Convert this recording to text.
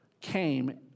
came